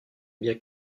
bien